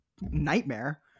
nightmare